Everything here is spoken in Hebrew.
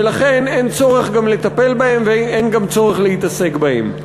ולכן אין צורך לטפל בהם ואין גם צורך להתעסק בהם.